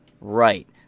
Right